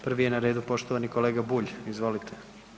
Prvi je na redu poštovani kolega Bulj, izvolite.